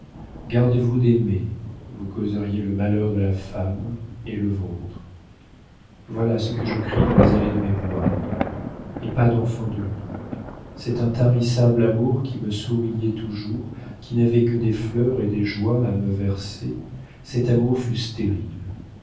gardez-vous d'aimer vous causeriez le malheur de la femme et le vôtre voilà ce que je crie dans les allées de mes bois et pas d'enfant de lui cet intarissable amour qui me souriait toujours qui n'avait que des fleurs et des joies à me verser cet amour